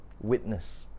witness